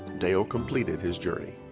dale completed his journey.